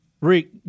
Rick